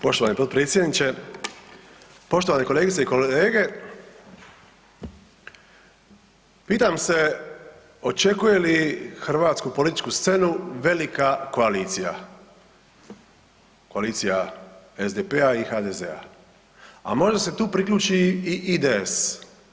Poštovani potpredsjedniče, poštovane kolegice i kolege, pitam se očekuje li hrvatsku političku scenu velika koalicija, koalicija SDP-a i HDZ-a, a možda se tu priključi i IDS.